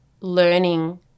learning